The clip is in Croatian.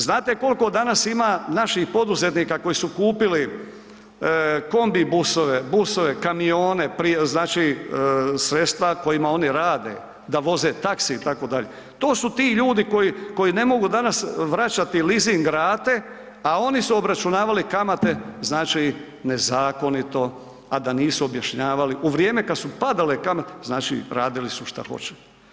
Znate koliko danas ima naših poduzetnika koji su kupili kobi busove, busove, kamione, znači sredstva s kojima oni rade da voze taxi itd., to su ti ljudi koji ne mogu danas vraćati lizing rate, a oni su obračunavali kamate nezakonito, a da nisu objašnjavali, u vrijeme kada su padale kamate, znači radili su šta hoće.